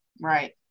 right